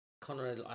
Connor